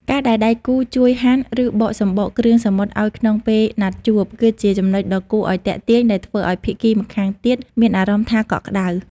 ការដែលដៃគូជួយហាន់ ឬបកសំបកគ្រឿងសមុទ្រឱ្យក្នុងពេលណាត់ជួប គឺជាចំណុចដ៏គួរឱ្យទាក់ទាញដែលធ្វើឱ្យភាគីម្ខាងទៀតមានអារម្មណ៍ថាកក់ក្ដៅ។